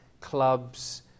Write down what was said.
clubs